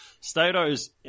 Stato's